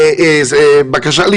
האבטחה הפיזית המוסדרת במדינת ישראל,